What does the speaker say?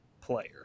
player